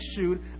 issued